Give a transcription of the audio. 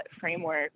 framework